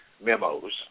Memos